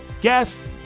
Guess